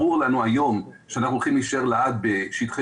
ברור לנו היום שאנחנו הולכים להישאר לעד בשטחי